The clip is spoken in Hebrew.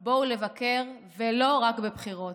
/ בואו לבקר, ולא רק בבחירות.